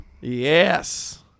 Yes